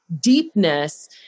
deepness